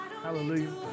Hallelujah